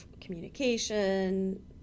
communication